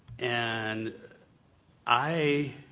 and i